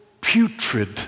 putrid